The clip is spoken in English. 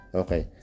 okay